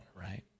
right